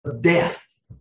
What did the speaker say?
death